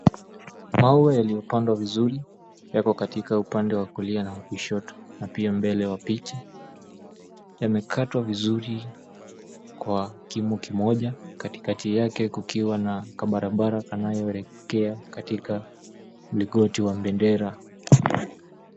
Maua yaliyopandwa vizuri, yako katika upande wa kulia na wa kushoto na pia mbele wa picha. Yamekatwa vizuri kwa kimo kimoja, katikati yake kukiwa na kabarabara kanayoelekea katika mlingoti wa bendera.